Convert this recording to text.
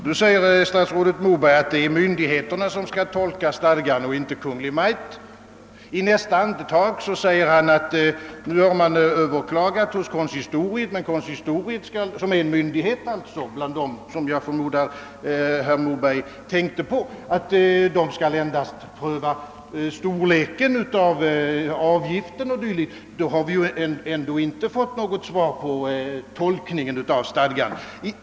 Herr talman! Statsrådet Moberg säger att det är myndigheterna som skall tolka stadgan och inte Kungl. Maj:t. Men i nästa andetag säger han: Nu har man överklagat hos konsistoriet — som jag förmodar är en myndighet bland dem som statsrådet Moberg tänkte på. Denna myndighet skall dock endast pröva storleken av avgifter o. d. Då har vi ändå inte fått något svar beträffande själva tolkningen av stadgan.